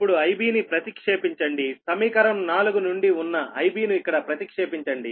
ఇప్పుడు IBని ప్రతిక్షేపించండి సమీకరణం 4 నుండి ఉన్న IBను ఇక్కడ ప్రతిక్షేపించండి